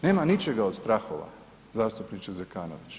Nema ničega od strahova, zastupniče Zekanović.